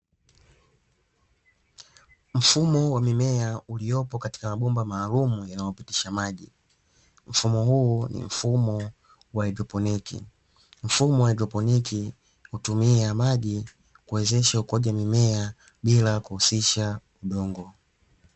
Mfumo wa mimea uliopo katika mabomba maalumu yanayopitisha maji, mfumo huu ni mfumo wa haidroponi. Mfumo wa haidroponi hutumia maji kuwezesha ukuaji wa mimea bila kuhusisha udongo.